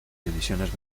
divisiones